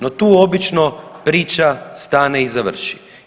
No, tu obično priča stane i završi.